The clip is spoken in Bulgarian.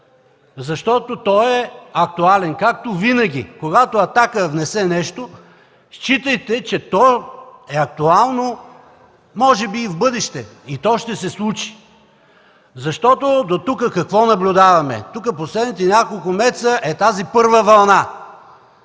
Защото той е актуален. Както винаги, когато „Атака” внесе нещо, считайте, че то е актуално и може би и за в бъдеще ще е актуално. И то ще се случи. Дотук какво наблюдаваме? Тук, в последните няколко месеца, е тази първа вълна.